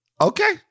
Okay